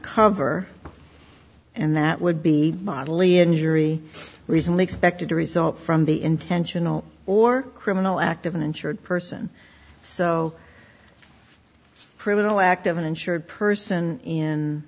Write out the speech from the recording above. cover and that would be bodily injury recently expected to result from the intentional or criminal act of an insured person so criminal act of an insured person in